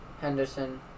Henderson